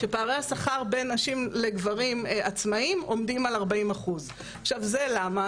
שפערי השכר בין נשים לגברים עצמאים עומדים על 40%. למה?